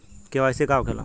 KYC का होखेला?